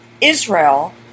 Israel